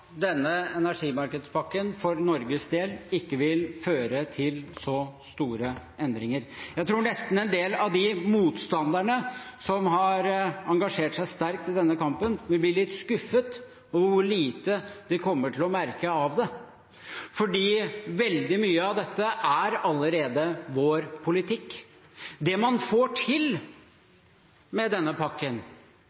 en del av de motstanderne som har engasjert seg sterkt i denne kampen, vil bli litt skuffet over hvor lite de kommer til å merke av det, for veldig mye av dette er allerede vår politikk. Husk at vi allerede er en del av EUs energipolitikk, og det vi får til